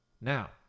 Now